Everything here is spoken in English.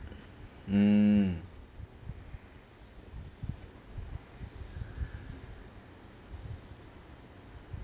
mm